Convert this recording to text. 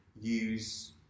use